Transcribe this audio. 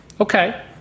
okay